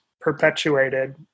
perpetuated